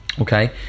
Okay